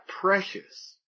precious